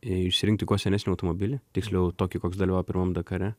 išsirinkti kuo senesnį automobilį tiksliau tokį koks dalyvavo pirmam dakare